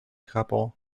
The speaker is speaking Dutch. greppel